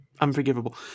Unforgivable